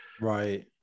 right